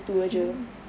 mmhmm